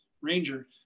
ranger